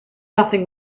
nothing